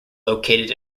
located